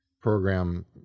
program